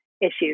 issues